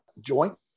joint